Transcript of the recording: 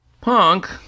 Punk